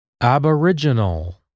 Aboriginal